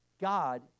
God